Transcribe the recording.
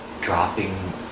dropping